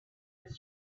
his